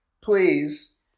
please